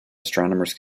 astronomers